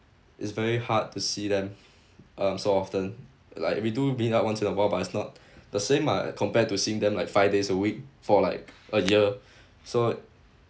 it's very hard to see them um so often like we do meet up once in a while but it's not the same ah compared to seeing them like five days a week for like a year so